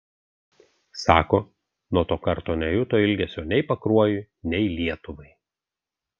sako nuo to karto nejuto ilgesio nei pakruojui nei lietuvai